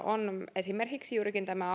on esimerkiksi juurikin tämä